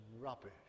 rubbish